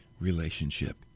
relationship